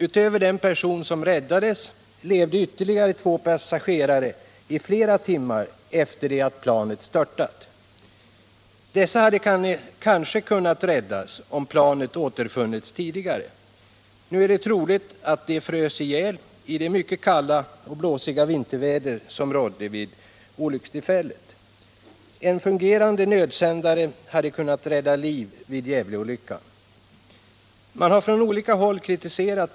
Utöver den person som räddades levde ytterligare två passagerare i flera timmar efter det att planet störtat. Dessa hade kanske kunnat räddats om planet återfunnits tidigare. Nu är det troligt att de frös ihjäl i det mycket kalla och blåsiga vinterväder som rådde vid olyckstillfället. En fungerande nödsändare hade kunnat rädda liv vid Gävleolyckan.